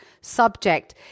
subject